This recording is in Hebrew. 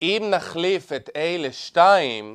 אם נחליף את A ל-2